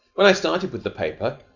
when i started with the paper,